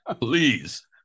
Please